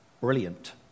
Brilliant